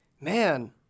Man